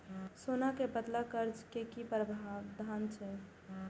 सोना के बदला कर्ज के कि प्रावधान छै?